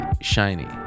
shiny